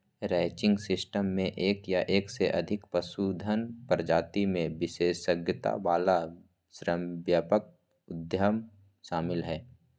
ranching system मे एक या एक से अधिक पशुधन प्रजाति मे विशेषज्ञता वला श्रमव्यापक उद्यम शामिल हय